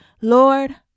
Lord